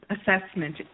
Assessment